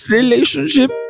relationship